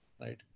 Right